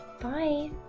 bye